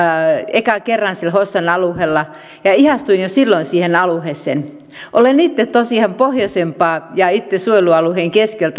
ekan kerran hossan alueella ja ihastuin jo silloin siihen alueeseen olen itse tosiaan pohjoisempaa ja itse suojelualueen keskellä